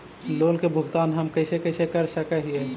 Loan के भुगतान हम कैसे कैसे कर सक हिय?